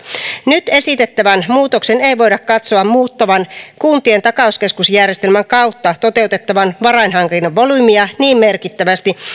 nyt esitettävän muutoksen ei voida katsoa muuttavan kuntien takauskeskusjärjestelmän kautta toteutettavan varainhankinnan volyymia niin merkittävästi